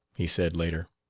he said, later.